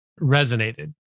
resonated